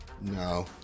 No